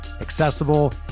accessible